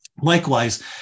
Likewise